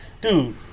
Dude